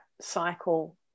cycle